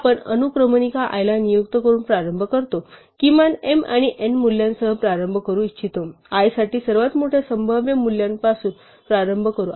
आपण अनुक्रमणिका i ला नियुक्त करून प्रारंभ करतो किमान m आणि n मूल्यासह प्रारंभ करू इच्छितो i साठी सर्वात मोठ्या संभाव्य मूल्यापासून प्रारंभ करू